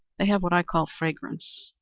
they have what i call fragrance.